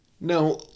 Now